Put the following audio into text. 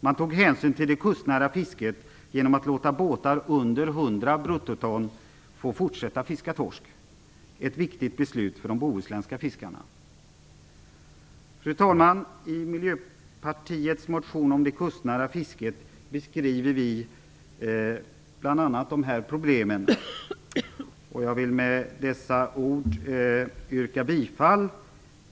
Man tog hänsyn till det kustnära fisket genom att låta båtar under 100 bruttoton få fortsätta fiska torsk - ett viktigt beslut för de bohuslänska fiskarna. Fru talman! I Miljöpartiets motion om det kustnära fisket beskriver vi bl.a. de här problemen. Jag vill med dessa ord yrka bifall